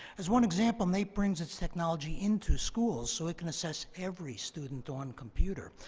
as one example, naep brings its technology into schools so it can assess every student on computer,